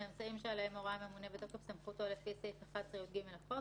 באמצעים שעליהם הורה הממונה בתוקף סמכותו לפי סעיף 11יג לחוק,